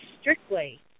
strictly